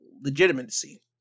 legitimacy